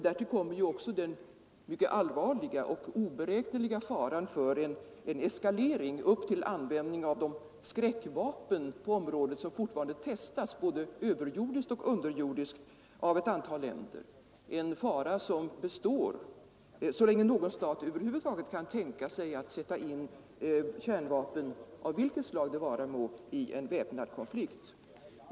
Därtill kommer den mycket allvarliga och oberäkneliga faran för en eskalering upp till användning av de skräckvapen på området som fortfarande testas både överjordiskt och underjordiskt av ett antal länder — en fara som består så länge någon stat över huvud taget kan tänka sig att sätta in kärnvapen av vilket slag det vara må vid en väpnad konflikt.